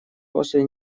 после